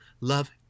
Love